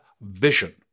vision